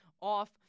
off